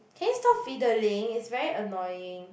can you stop fiddling it's very annoying